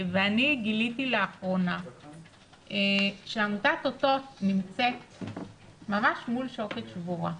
וגיליתי לאחרונה שעמותת אותות נמצאת ממש מול שוקת שבורה.